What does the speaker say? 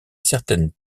certaines